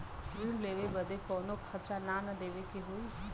ऋण लेवे बदे कउनो खर्चा ना न देवे के होई?